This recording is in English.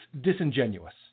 disingenuous